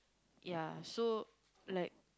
ya so like